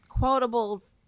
quotables